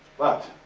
but,